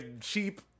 cheap